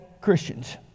Christians